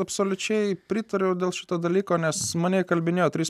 absoliučiai pritariau dėl šito dalyko nes mane įkalbinėjo tris